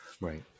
Right